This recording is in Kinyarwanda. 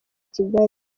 kigali